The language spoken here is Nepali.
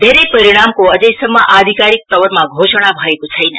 धेरै परिणामको अझैसम्म आधिकारिक तवरमा घोषणा भएको छैन